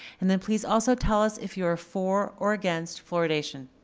and then please also tell us if you're for or against fluoridation.